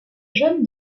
jaune